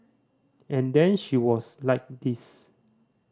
and then she was like this